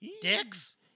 dicks